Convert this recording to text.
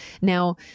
Now